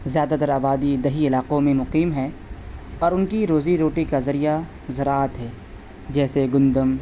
زیادہ تر آبادی دہی علاقوں میں مقیم ہیں اور ان کی روزی روٹی کا ذریعہ ذراعت ہے جیسے گندم